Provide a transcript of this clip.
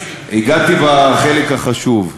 הגעתי בחלק החשוב.